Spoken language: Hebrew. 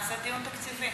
נעשה דיון תקציבי.